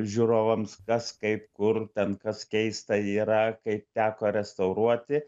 žiūrovams kas kaip kur ten kas keista yra kaip teko restauruoti